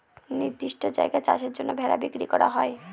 নির্দিষ্ট জায়গায় চাষের জন্য ভেড়া বিক্রি করা হয়